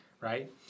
Right